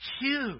huge